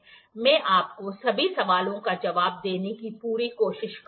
मैं आपके सभी सवालों का जवाब देने की पूरी कोशिश करूंगा